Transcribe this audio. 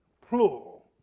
plural